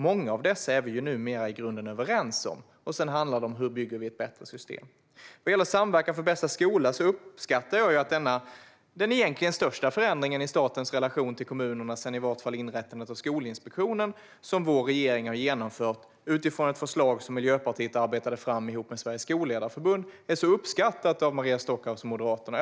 Många av dessa statsbidrag är vi ju numera i grunden överens om. Sedan handlar det om hur vi bygger ett bättre system. Samverkan för bästa skola är egentligen den största förändringen i statens relation till kommunerna sedan inrättandet av Skolinspektionen. Vår regering har genomfört denna förändring utifrån ett förslag som Miljöpartiet arbetade fram ihop med Sveriges Skolledarförbund, och jag uppskattar att den är så uppskattad av Maria Stockhaus och Moderaterna.